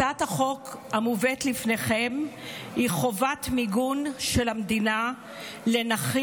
הצעת החוק המובאת לפניכם היא על חובת מיגון של המדינה לנכים,